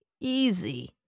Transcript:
Easy